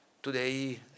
Today